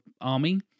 army